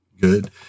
good